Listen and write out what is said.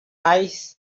eyes